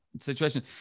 situation